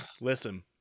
listen